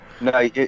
No